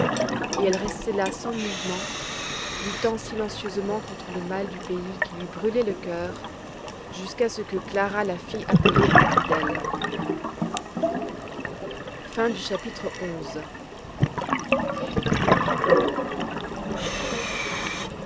et elle restait là sans mouvement luttant silencieusement contre le mal du pays qui lui brûlait le cœur jusqu'à ce que clara la fît appeler auprès d'elle chapitre